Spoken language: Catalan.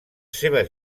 seves